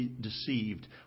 deceived